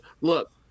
Look